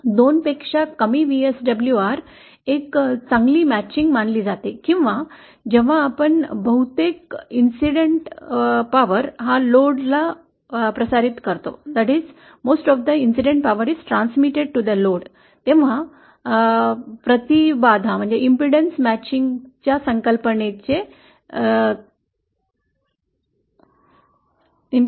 2 पेक्षा कमी VSWR एक चांगली जुळणी मानली जाते किंवा जेव्हा आपण बहुतेक घटनेची शक्ती लोड केली जाते तेव्हा प्रतिबाधा जुळविण्याच्या संकल्पने तून पाहिले